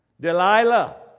Delilah